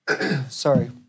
Sorry